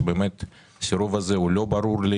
שבאמת הסירוב הזה הוא לא ברור לי,